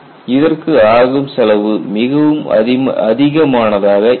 இதற்கு ஆகும் செலவு மிகவும் அதிகமானதாக இருக்கும்